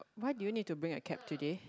why did you need to bring a cap today